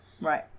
Right